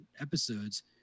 episodes